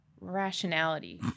rationality